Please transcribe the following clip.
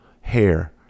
hair